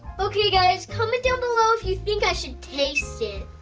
okay guys, comment down below if you think i should taste it.